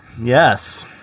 Yes